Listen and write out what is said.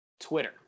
Twitter